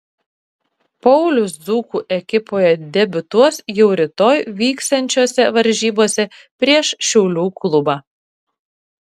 paulius dzūkų ekipoje debiutuos jau rytoj vyksiančiose varžybose prieš šiaulių klubą